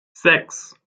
sechs